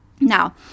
Now